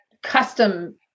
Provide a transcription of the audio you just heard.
custom